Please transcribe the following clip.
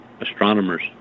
astronomers